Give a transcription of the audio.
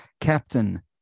captain